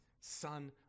Son